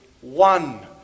one